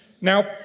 Now